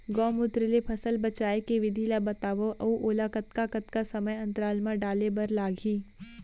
गौमूत्र ले फसल बचाए के विधि ला बतावव अऊ ओला कतका कतका समय अंतराल मा डाले बर लागही?